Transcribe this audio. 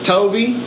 Toby